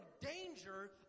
danger